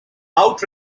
out